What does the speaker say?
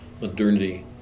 modernity